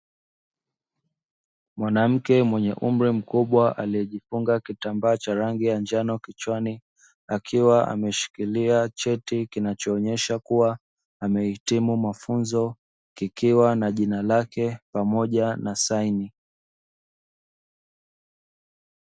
Mwanamke mwenye umri mkubwa aliye jifunga kitambaa cha rangi ya njano kichwani, akiwa ameshikilia cheti kinachoonyesha kua amehitimu mafunzo kikiwa na jina lake pamoja na saini.